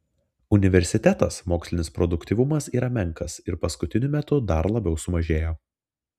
universitetas mokslinis produktyvumas yra menkas ir paskutiniu metu dar labiau sumažėjo